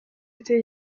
été